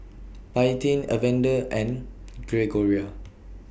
Paityn Evander and Gregoria